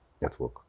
network